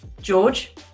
George